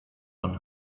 von